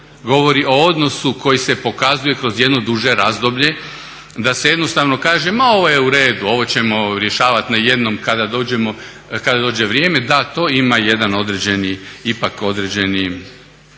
govori o odnosu koji se pokazuje kroz jedno duže razdoblje da se jednostavno kaže ma ovo je u redu, ovo ćemo rješavat na jednom kada dođe vrijeme da to ima jedan određeni ipak određenu